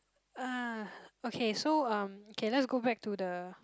uh okay so um okay let's go back to the